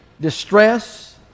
distress